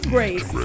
Grace